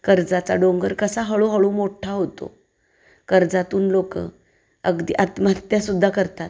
कर्जाचा डोंगर कसा हळूहळू मोठ्ठा होतो कर्जातून लोक अगदी आत्महत्यासुद्धा करतात